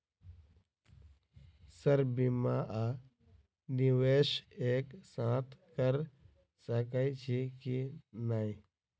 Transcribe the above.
Sir बीमा आ निवेश एक साथ करऽ सकै छी की न ई?